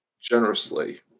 generously